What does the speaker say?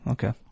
Okay